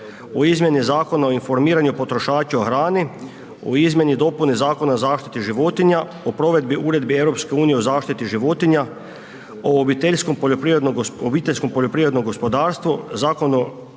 o izmjeni Zakona o informiranju potrošača o hrani, o izmjeni i dopuni Zakona o zaštiti životinja, o provedbi Uredbe EU o zaštiti životinja, o obiteljskom poljoprivrednom gospodarstvu,